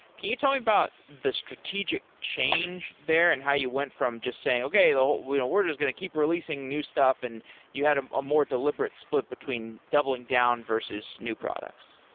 can you tell me about the strategic change there and how you went from just saying, okay, we're we're just going to keep releasing new stuff, and you had um a more deliberate split between doubling down versus new products.